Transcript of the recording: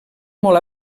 molt